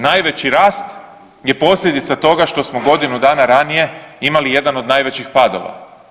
Najveći rast je posljedica toga što smo godinu dana ranije imali jedan od najvećih padova.